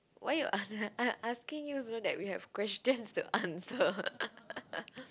why you ask I am asking you so that we have questions to answer